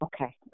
Okay